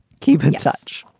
keep in touch.